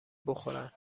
بخورن